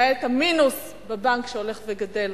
למעט המינוס בבנק שהולך וגדל.